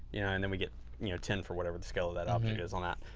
and then we get ten for whatever the scale of that object is on that.